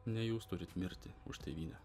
ne jūs turit mirti už tėvynę